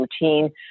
routine